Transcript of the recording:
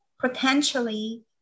potentially